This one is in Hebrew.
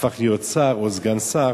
שהפך להיות שר או סגן שר,